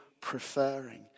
preferring